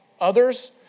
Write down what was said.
others